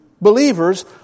believers